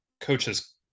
coaches